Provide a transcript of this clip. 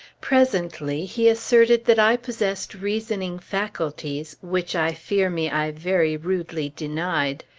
presently he asserted that i possessed reasoning faculties, which i fear me i very rudely denied.